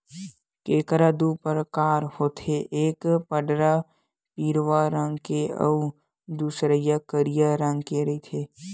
केंकरा दू परकार होथे एक पंडरा पिंवरा रंग के अउ दूसरइया करिया रंग के रहिथे